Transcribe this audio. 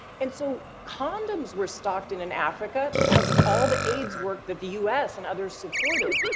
and so condoms were stocked in in africa because of all the aids work that the u s. and others supported.